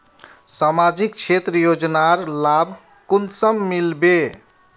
सामाजिक क्षेत्र योजनार लाभ कुंसम मिलबे?